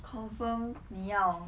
confirm 你要